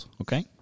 okay